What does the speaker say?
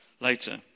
later